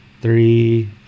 three